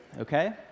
okay